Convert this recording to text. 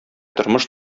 тормыш